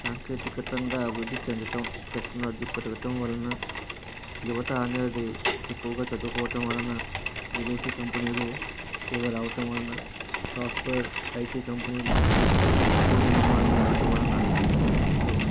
సాంకేతికతంగా అభివృద్ధి చెందటం టెక్నాలజీ పెరగటం వలన యువత అనేది ఎక్కువగా చదువుకోవటం వలన విదేశీ కంపెనీలు ఎక్కువుగా రావటం వలన సాఫ్ట్వేర్ ఐటీ కంపెనీలు ఎక్కువుగా నిర్మాణం జరగటం వలన ఇప్పుడు